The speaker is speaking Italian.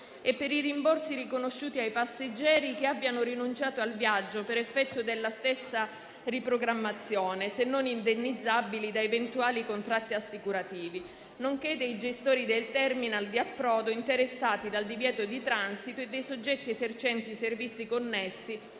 e per i rimborsi riconosciuti ai passeggeri che abbiano rinunciato al viaggio per effetto della stessa riprogrammazione, se non indennizzabili da eventuali contratti assicurativi, nonché dei gestori dei *terminal* di approdo interessati dal divieto di transito e dei soggetti esercenti i servizi connessi